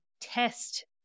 test